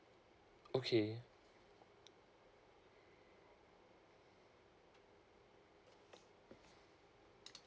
okay